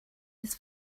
this